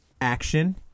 action